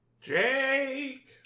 Jake